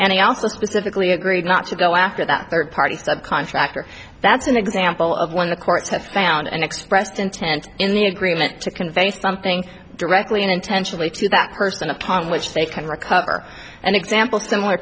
specifically agreed not to go after that third party subcontractor that's an example of one the courts have found an expressed intent in the agreement to convey something directly and intentionally to that person upon which they can recover and example similar